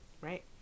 Right